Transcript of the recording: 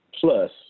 plus